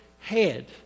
head